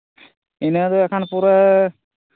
ᱤᱱᱟᱹ ᱫᱚ ᱤᱠᱷᱟᱱ ᱯᱩᱨᱟᱹ